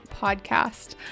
podcast